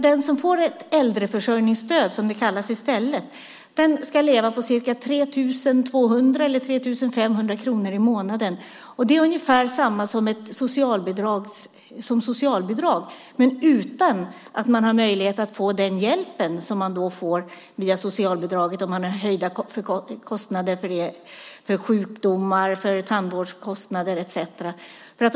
Den som får äldreförsörjningsstöd, som det kallas i stället, ska leva på ca 3 200 eller 3 500 kronor i månaden. Det är ungefär samma som socialbidrag men utan möjligheten att få hjälp om man har höjda kostnader för sjukdomar, tandvård etcetera.